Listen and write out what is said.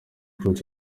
kroos